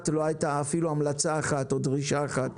לא הייתה כמעט המלצה אחת או דרישה אחת